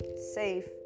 safe